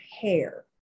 Hair